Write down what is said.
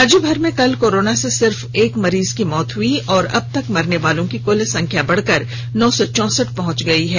राज्यभर में कल कोर्रोना से सिर्फ एक मरीज की मौत हुई और अब तक मरनेवालों की कुल संख्या बढ़कर नौ सौ चौंसठ पहुंच गई है